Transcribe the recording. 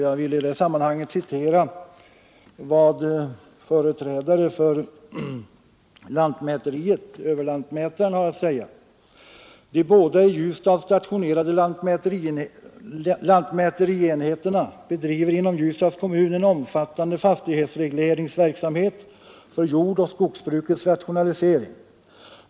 Jag vill i det sammanhanget citera vad överlantmätaren har att säga: ”De båda i Ljusdal stationerade lantmäterienheterna bedriver inom Ljusdals kommun en omfattande fastighetsregleringsverksamhet för jordoch skogsbrukets rationalisering.